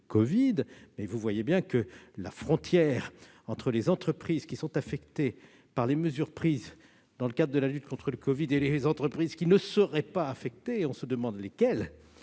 Vous observez pourtant que la frontière entre les entreprises qui sont affectées par les mesures prises dans le cadre de la lutte contre le covid et les entreprises qui ne seraient pas affectées- on se demande lesquelles